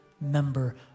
member